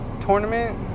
Tournament